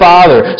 Father